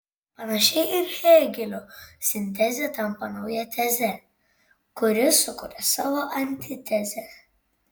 panašiai ir hėgelio sintezė tampa nauja teze kuri sukuria savo antitezę